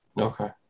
Okay